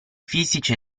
fisici